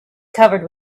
covered